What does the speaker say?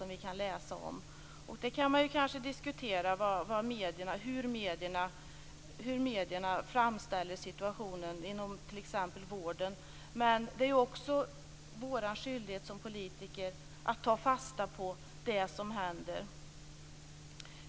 Man kan i och för sig diskutera hur medierna framställer situationen inom t.ex. vården, men det är också vår skyldighet som politiker att ta fasta på det som händer.